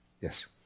Yes